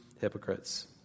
hypocrites